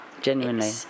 Genuinely